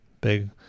Big